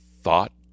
thought